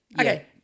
okay